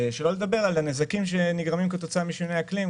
שלא לדבר על הנזקים שנגרמים כתוצאה משינויי אקלים,